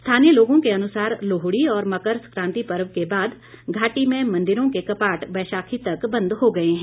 स्थानीय लोगों के अनुसार लोहड़ी और मकर संक्रांति पर्व के बाद घाटी में मंदिरों के कपाट बैशाखी तक बंद हो गए हैं